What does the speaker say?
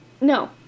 no